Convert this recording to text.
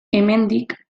hemendik